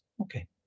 Okay